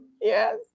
Yes